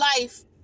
life